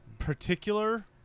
particular